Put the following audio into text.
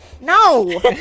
No